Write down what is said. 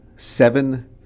seven